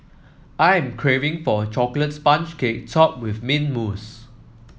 I am craving for a chocolate sponge cake topped with mint mousse